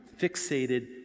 fixated